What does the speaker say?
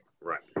right